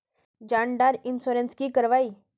जान डार इंश्योरेंस की करवा ई?